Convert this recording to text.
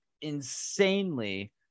insanely